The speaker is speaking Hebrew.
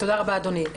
תודה רבה אדוני.